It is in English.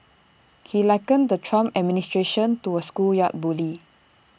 he likened the Trump administration to A schoolyard bully